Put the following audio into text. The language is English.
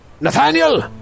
Nathaniel